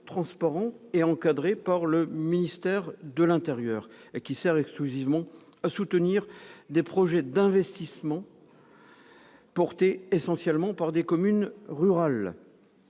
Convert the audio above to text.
transparent, encadré par le ministère de l'intérieur, qui sert exclusivement à soutenir des projets d'investissements portés essentiellement par des communes rurales.